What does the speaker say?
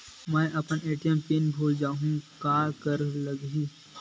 मैं अपन ATM pin भुला जहु का करे ला लगही?